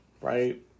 Right